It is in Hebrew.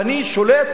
שולט,